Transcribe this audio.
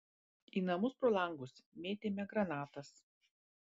į namus pro langus mėtėme granatas